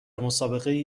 مسابقهای